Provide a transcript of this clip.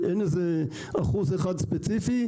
אין אחוז אחד ספציפי.